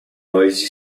noisy